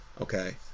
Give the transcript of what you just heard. okay